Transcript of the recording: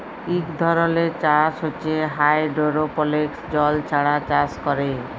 ইক ধরলের চাষ হছে হাইডোরোপলিক্স জল ছাড়া চাষ ক্যরে